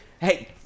Hey